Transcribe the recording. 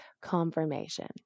confirmation